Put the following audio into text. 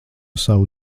savu